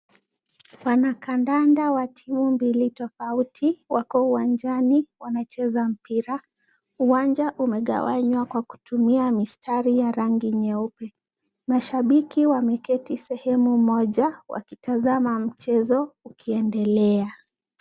Wanakandanda wa timu mbili tofauti wako uwanjani wanacheza mpira. Uwanja umegawanywa kwa kutumia mistari ya rangi nyeupe. Mashabiki wameketi sehemu moja wakitazama mchezo ukiendelea.